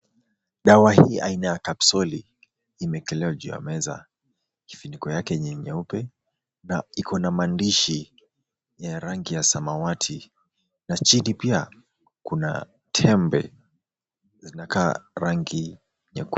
Dawa hii aina ya Kapsuli emeekelewa juu ya meza. Kifuniko yake yenye nyeupe na iko na maandishi ya rangi ya samawati na chini pia kuna tembe zinakaa rangi nyekundu.